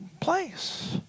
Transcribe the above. place